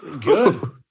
Good